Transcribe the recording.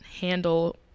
handle